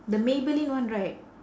the maybelline one right